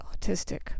autistic